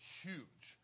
huge